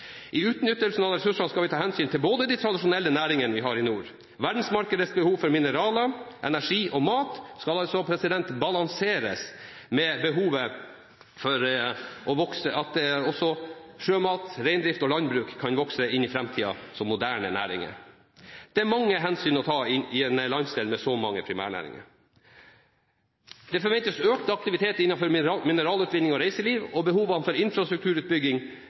I utnyttelsen av ressursene skal vi ta hensyn til de tradisjonelle næringene vi har i nord. Verdensmarkedenes behov for mineraler, energi og mat skal balanseres med behovet for at også sjømat, reindrift og landbruk kan vokse som moderne næringer inn i framtida. Det er mange hensyn å ta i en landsdel med så mange primærnæringer. Det forventes økt aktivitet innen mineralutvinning og reiseliv, og behovene for infrastrukturutbygging